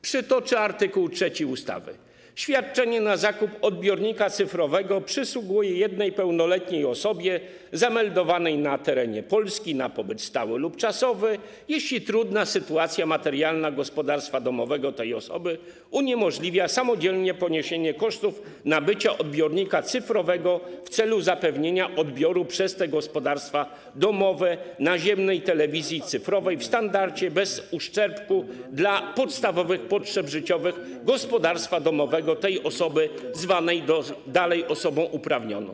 Przytoczę treść art. 3 ustawy: Świadczenie na zakup odbiornika cyfrowego przysługuje jednej pełnoletniej osobie, zameldowanej na terytorium Polski na pobyt stały lub czasowy, jeśli trudna sytuacja materialna gospodarstwa domowego tej osoby uniemożliwia samodzielne poniesienie kosztów nabycia odbiornika cyfrowego, w celu zapewnienia odbioru przez to gospodarstwo domowe naziemnej telewizji cyfrowej w standardzie, bez uszczerbku dla podstawowych potrzeb życiowych gospodarstwa domowego tej osoby, zwanej dalej ˝osobą uprawnioną˝